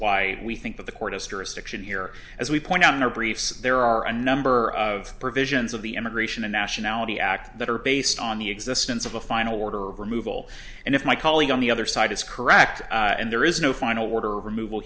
why we think that the court has jurisdiction here as we point out in our briefs there are a number of provisions of the immigration and nationality act that are based on the existence of a final order of removal and if my colleague on the other side is correct and there is no final order removal